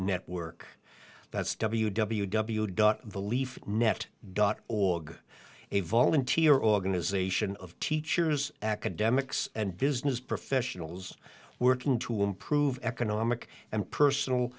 network that's w w w dot the leaf net dot org a volunteer organization of teachers academics and business professionals working to improve economic and personal